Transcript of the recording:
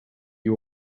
you